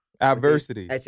Adversity